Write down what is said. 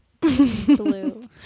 Blue